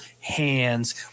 Hands